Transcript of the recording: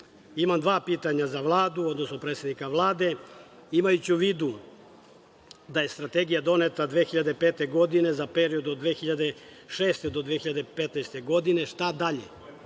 dva pitanja za Vladu, odnosno predsednika Vlade. Imajući u vidu da je strategija doneta 2005. godine za period od 2006. do 2015. godine, šta dalje?